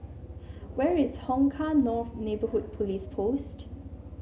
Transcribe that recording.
where is Hong Kah North Neighbourhood Police Post